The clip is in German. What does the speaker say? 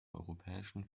europäischen